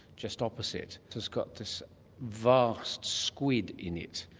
just opposite has got this vast squid in it.